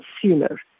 consumer